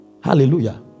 Hallelujah